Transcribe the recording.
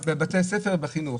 אני מציע למסות את האינטרנט.